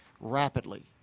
rapidly